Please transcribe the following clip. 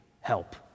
help